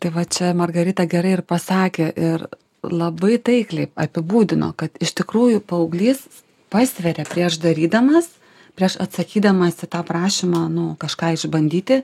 tai va čia margarita gerai ir pasakė ir labai taikliai apibūdino kad iš tikrųjų paauglys pasveria prieš darydamas prieš atsakydamas į tą prašymą nu kažką išbandyti